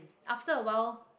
after a while